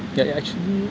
yeah actually